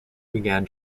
began